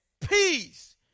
Peace